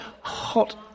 Hot